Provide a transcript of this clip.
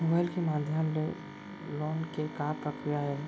Mobile के माधयम ले लोन के का प्रक्रिया हे?